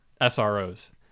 SROs